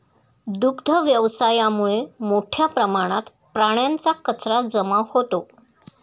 दुग्ध व्यवसायामुळे मोठ्या प्रमाणात प्राण्यांचा कचरा जमा होतो